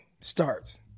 starts